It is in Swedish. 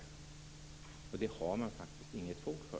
Men det har man faktiskt inget fog för.